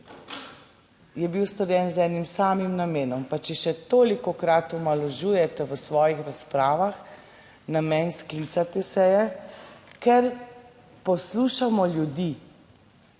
je bil storjen z enim samim namenom, pa če še tolikokrat omalovažujete v svojih razpravah, namen sklica te seje, ker poslušamo ljudi,